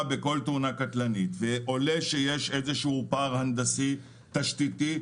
בכל תאונה קטלנית עולה איזשהו פער הנדסי תשתיתי,